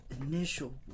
initial